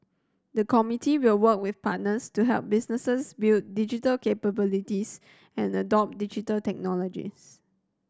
the committee will work with partners to help businesses build digital capabilities and adopt Digital Technologies